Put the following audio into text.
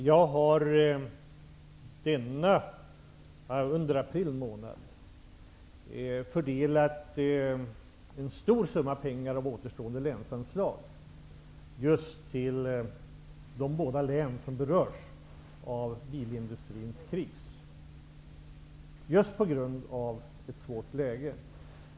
Jag har under april månad fördelat en stor summa av återstående länsanslag till just de båda län som berörs av bilindustrins kris, just på grund av det svåra läget.